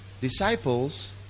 disciples